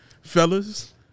Fellas